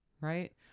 Right